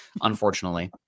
unfortunately